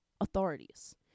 authorities